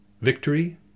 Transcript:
victory